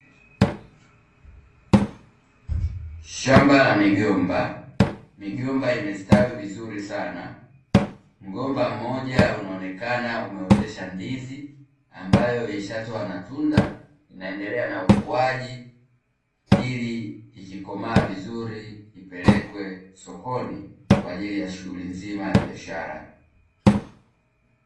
Shamba la migomba. Migomba imestawi vizuri sana, mgomba mmoja unaonekana umeotesha ndizi ambayo ishatoa matunda inaendelea na ukuaji ili ikikomaa vizuri ipelekwe sokoni kwa ajili shughuli nzima ya biashara